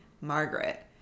Margaret